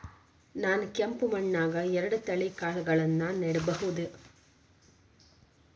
ನಾನ್ ಕೆಂಪ್ ಮಣ್ಣನ್ಯಾಗ್ ಎರಡ್ ತಳಿ ಕಾಳ್ಗಳನ್ನು ನೆಡಬೋದ?